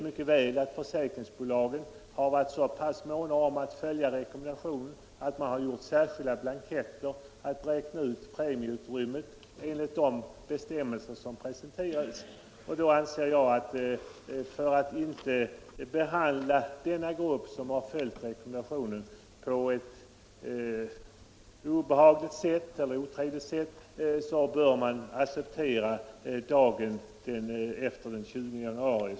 Vi vet att försäkringsbolagen har varit så pass måna om att följa rekommendationen att de utfärdat särskilda blanketter för uträkning av premieutrymmet enligt de bestämmelser som presenterades. För att inte svika den grupp som följt rekommendationen bör man, anser jag, acceptera ett ikraftträdande omedelbart efter den 20 januari.